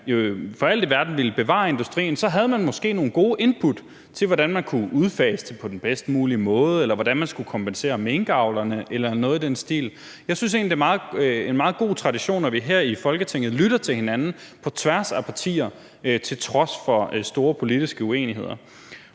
for alt i verden ville bevare industrien, for så havde man måske nogle gode input til, hvordan man kunne udfase det på den bedst mulige måde, eller hvordan man skulle kompensere minkavlerne eller noget i den stil. Jeg syntes egentlig, det er en meget en god tradition, at vi her i Folketinget lytter til hinanden, på tværs af partier og til trods for store politiske uenigheder.